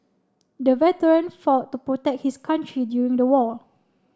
the veteran fought the protect his country during the war